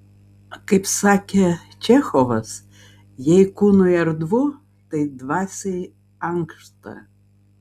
kaip sakė čechovas jei kūnui erdvu tai dvasiai ankšta